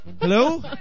Hello